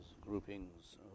groupings